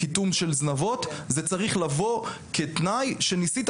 קיטום של זנבות זה צריך לבוא כתנאי שניסית